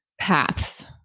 paths